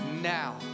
now